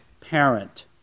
parent